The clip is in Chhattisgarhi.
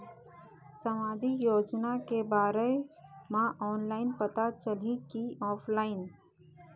सामाजिक योजना के बारे मा ऑनलाइन पता चलही की ऑफलाइन?